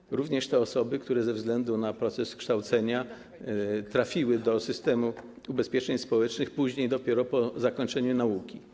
Chodzi również o te osoby, które ze względu na proces kształcenia trafiły do systemu ubezpieczeń społecznych później, dopiero po zakończeniu nauki.